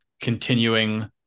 continuing